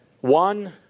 One